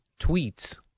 tweets